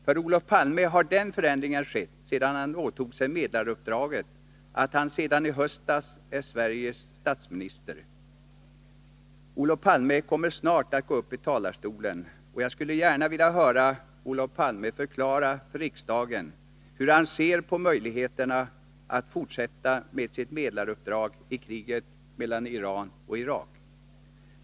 För Olof Palme har den förändringen skett efter det att han åtog sig medlaruppdraget, att han sedan i höstas är Sveriges statsminister. Olof Palme kommer snart att gå upp i talarstolen, och jag skulle gärna vilja höra Olof Palme förklara för riksdagen hur han ser på möjligheterna att fortsätta med sitt medlaruppdrag i kriget mellan Iran och Irak.